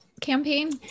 campaign